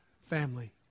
family